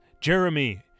Jeremy